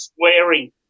swearing